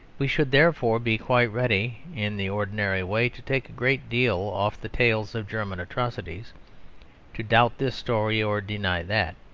we should, therefore, be quite ready in the ordinary way to take a great deal off the tales of german atrocities to doubt this story or deny that.